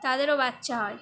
তাদেরও বাচ্চা হয়